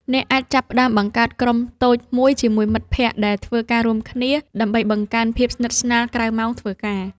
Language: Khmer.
អ្នកអាចចាប់ផ្ដើមបង្កើតក្រុមតូចមួយជាមួយមិត្តភក្តិដែលធ្វើការរួមគ្នា ដើម្បីបង្កើនភាពស្និទ្ធស្នាលក្រៅម៉ោងធ្វើការ។